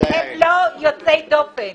הם לא יוצאי דופן.